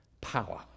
power